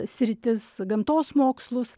sritis gamtos mokslus